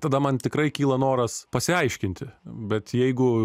tada man tikrai kyla noras pasiaiškinti bet jeigu